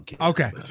Okay